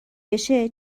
بشه